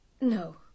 no